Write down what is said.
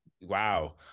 wow